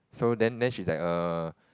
so then then she's like err